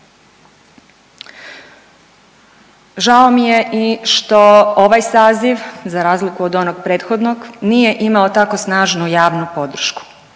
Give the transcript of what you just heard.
Žao mi je i što ovaj saziv, za razliku od onog prethodnog nije imao tako snažnu javnu podršku